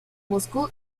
moscú